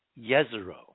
Yezero